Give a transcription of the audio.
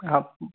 आप